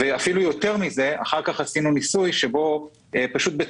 ואפילו יותר מזה, אחר כך עשינו ניסוי שבו בצלחת